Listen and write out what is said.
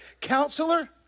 counselor